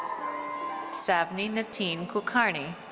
savni nitin kulkarni.